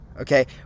Okay